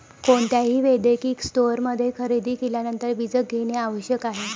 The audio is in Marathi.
कोणत्याही वैद्यकीय स्टोअरमध्ये खरेदी केल्यानंतर बीजक घेणे आवश्यक आहे